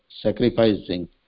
sacrificing